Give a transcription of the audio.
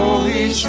Holy